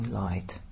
light